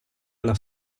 alla